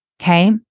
Okay